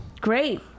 Great